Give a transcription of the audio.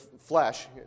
flesh